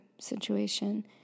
situation